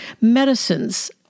medicines